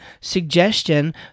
suggestion